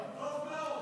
טוב מאוד.